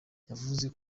yavuze